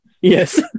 Yes